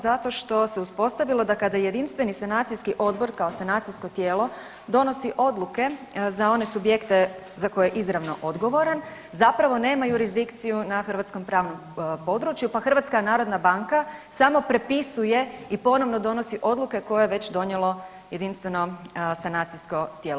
Zato što se uspostavilo da kada Jedinstveni sanacijski odbor kao sanacijsko tijelo donosi odluke za one subjekte za koje je izravno odgovoran, zapravo nema jurisdikciju na hrvatskom pravnom području pa HNB samo prepisuje i ponovno donosi odluke koje je već donijelo jedinstveno sanacijsko tijelo.